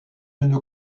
une